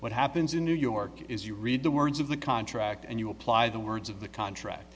what happens in new york is you read the words of the contract and you apply the words of the contract